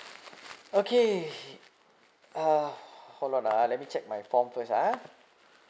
okay uh hold on ah let me check my form first ah